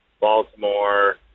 Baltimore